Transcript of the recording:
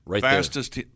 Fastest